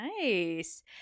Nice